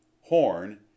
horn